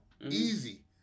easy